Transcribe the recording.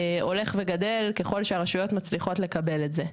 הולך וגדל ככל שהרשויות מצליחות לקבל את זה.